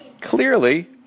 Clearly